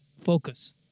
focus